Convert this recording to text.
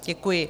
Děkuji.